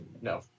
No